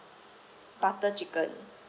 butter chicken